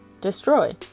destroy